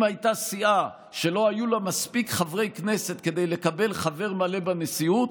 אם הייתה סיעה שלא היו לה מספיק חברי כנסת כדי לקבל חבר מלא בנשיאות,